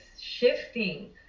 shifting